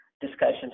discussions